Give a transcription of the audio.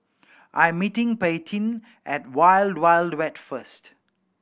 I am meeting Paityn at Wild Wild Wet first